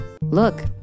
look